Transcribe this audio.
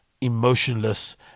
emotionless